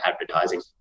advertising